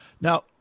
Now